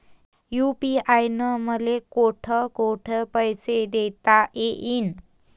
UPI न मले कोठ कोठ पैसे देता येईन?